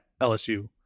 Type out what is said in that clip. LSU